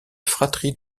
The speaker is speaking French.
fratrie